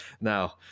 Now